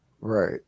Right